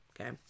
okay